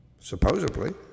supposedly